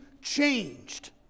changed